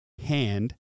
hand